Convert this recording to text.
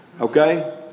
Okay